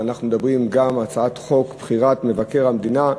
ואנחנו מדברים גם על הצעת חוק בחירת מבקר המדינה.